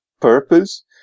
purpose